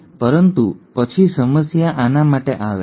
પરંતુ પછી સમસ્યા આના માટે આવે છે